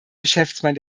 geschäftsmann